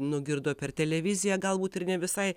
nugirdo per televiziją galbūt ir ne visai